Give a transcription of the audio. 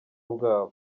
bwabo